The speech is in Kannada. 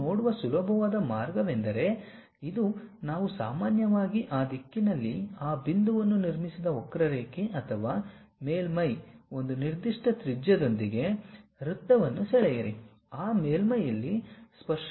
ಅದನ್ನು ನೋಡುವ ಸುಲಭವಾದ ಮಾರ್ಗವೆಂದರೆ ಇದು ನಾವು ಸಾಮಾನ್ಯವಾಗಿ ಆ ದಿಕ್ಕಿನಲ್ಲಿ ಆ ಬಿಂದುವನ್ನು ನಿರ್ಮಿಸಿದ ವಕ್ರರೇಖೆ ಅಥವಾ ಮೇಲ್ಮೈ ಒಂದು ನಿರ್ದಿಷ್ಟ ತ್ರಿಜ್ಯದೊಂದಿಗೆ ವೃತ್ತವನ್ನು ಸೆಳೆಯಿರಿ ಆ ಮೇಲ್ಮೈಲ್ಲಿ ಸ್ಪರ್ಶಕ ಬಿಂದುವನ್ನು ಆರಿಸಿಕೊಳ್ಳಿ